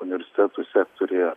universitetų sektoriuje